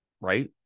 Right